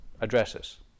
addresses